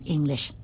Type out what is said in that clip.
English